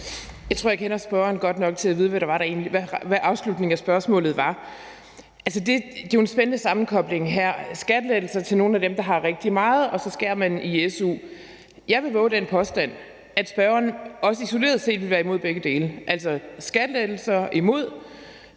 Jeg tror, jeg kender spørgeren godt nok til at vide, hvad afslutningen af spørgsmålet var. Det er jo en spændende sammenkobling her: Skattelettelser til nogle af dem, der har rigtig meget, mens man så skærer i su'en. Jeg vil vove den påstand, at spørgeren også isoleret set ville være imod begge dele, altså imod skattelettelser og